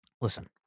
Listen